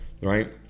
right